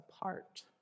apart